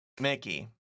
Mickey